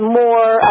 more